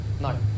no